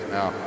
Now